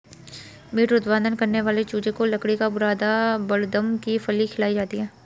meet उत्पादन करने वाले चूजे को लकड़ी का बुरादा बड़दम की फली खिलाया जाता है